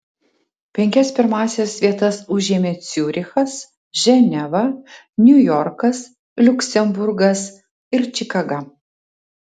penkias pirmąsias vietas užėmė ciurichas ženeva niujorkas liuksemburgas ir čikaga